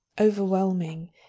overwhelming